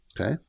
Okay